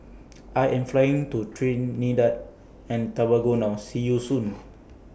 I Am Flying to Trinidad and Tobago now See YOU Soon